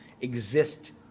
exist